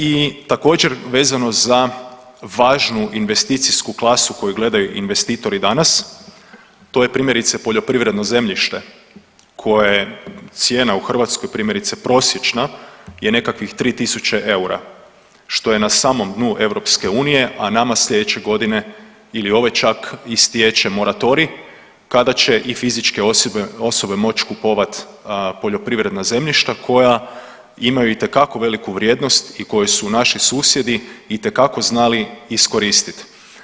I također vezano za važnu investicijsku klasu koju gledaju investitori danas to je primjerice poljoprivredno zemljište koje cijena u Hrvatskoj primjerice prosječna je nekakvih 3.000 eura što je na samom dnu EU, a nama slijedeće godine ili ove čak istječe moratorij kada će i fizičke osobe moći kupovat poljoprivredna zemljišta koja imaju itekako veliku vrijednost i koju su naši susjedi itekako znali iskoristiti.